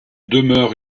demeure